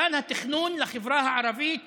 כאן התכנון לחברה הערבית